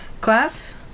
class